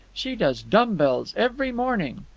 she does dumb-bells every morning.